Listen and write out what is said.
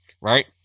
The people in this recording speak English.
right